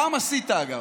פעם עשית, אגב.